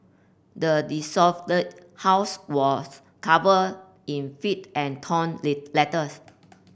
the house was covered in filth and torn Lee letters